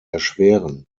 erschweren